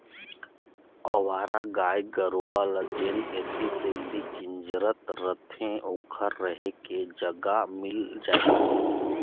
अवारा गाय गरूवा ल जेन ऐती तेती किंजरत रथें ओखर रेहे के जगा मिल जाही